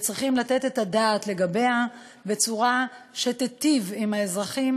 וצריך לתת את הדעת לגביה בצורה שתיטיב עם האזרחים